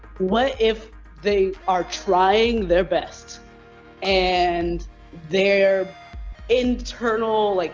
what if they are trying their best and their internal, like,